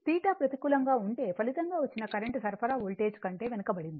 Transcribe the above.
θ ప్రతికూలంగా ఉంటే ఫలితంగా వచ్చిన కరెంట్ సరఫరా వోల్టేజ్ కంటే వెనుకబడింది